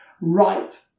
right